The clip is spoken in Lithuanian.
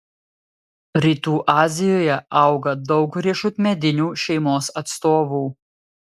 rytų azijoje auga daug riešutmedinių šeimos atstovų